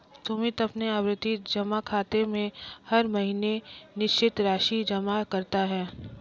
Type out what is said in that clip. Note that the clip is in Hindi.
सुमित अपने आवर्ती जमा खाते में हर महीने निश्चित राशि जमा करता है